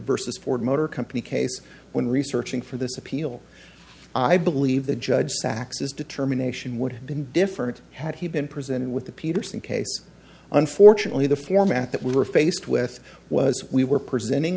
versus ford motor company case when researching for this appeal i believe the judge saxes determination would have been different had he been presented with the peterson case unfortunately the format that we were faced with was we were presenting